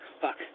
Fuck